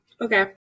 Okay